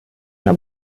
una